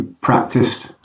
practiced